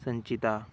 संचिता